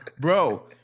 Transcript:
Bro